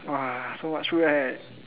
!wah! so much food right